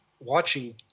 watching